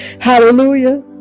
Hallelujah